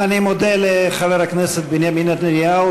אני מודה לחבר הכנסת בנימין נתניהו,